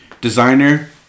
Designer